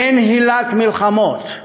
אין הילת מלחמות,